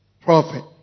prophet